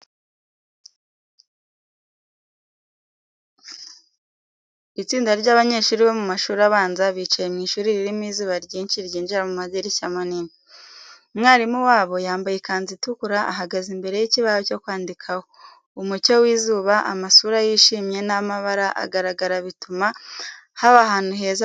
Itsinda ry’abanyeshuri bo mu mashuri abanza bicaye mu ishuri ririmo izuba ryinshi ryinjira mu madirishya manini. Umwarimu wabo yambaye ikanzu itukura ahagaze imbere y'ikibaho cyo kwandikaho. Umucyo w’izuba, amasura yishimye n’amabara agaragara bituma haba ahantu heza ho kwigiramo.